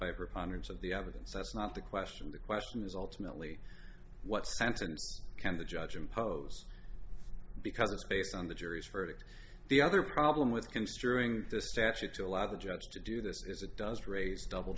by preponderance of the evidence that's not the question the question is ultimately what sentence can the judge impose because it's based on the jury's verdict the other problem with construing this statute to allow the judge to do this is it does raise double